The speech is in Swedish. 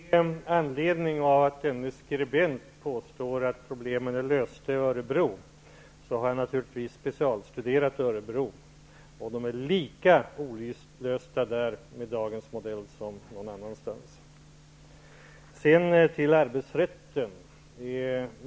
Herr talman! Med anledning av att denne skribent påstår att problemen är lösta i Örebro, har jag naturligtvis specialstuderat Örebro. Problemen är med dagens modell lika olösta där som någon annanstans. Sedan till arbetsrätten.